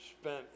spent